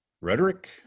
rhetoric